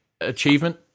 achievement